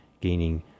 gaining